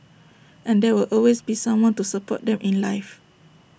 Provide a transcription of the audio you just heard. and there will always be someone to support them in life